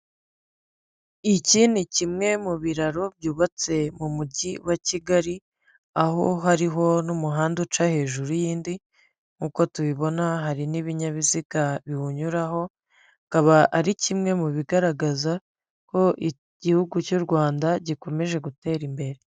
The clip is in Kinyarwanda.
Iki ni kimwe mu biraro byubatse mu mujyi wa Kigali, aho hariho n'umuhanda uca hejuru y'indi nk'uko tubibona hari n'ibinyabiziga biwunyuraho, bikaba ari kimwe mu bigaragaza ko igihugu cy'u rwanda gikomeje gutera imbere.